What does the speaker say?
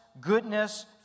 goodness